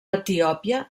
etiòpia